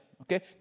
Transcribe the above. Okay